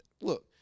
look